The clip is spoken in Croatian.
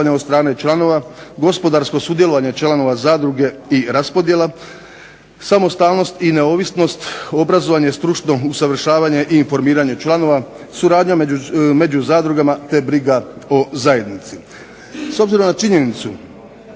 S obzirom na činjenicu